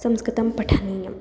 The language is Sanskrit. संस्कृतं पठानीयं